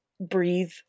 breathe